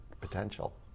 potential